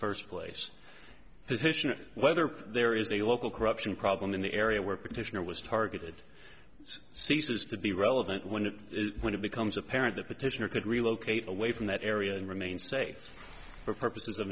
first place position or whether there is a local corruption problem in the area where petitioner was targeted so ceases to be relevant when it becomes apparent the petitioner could relocate away from that area and remain safe for purposes of